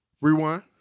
Rewind